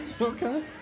Okay